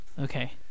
Okay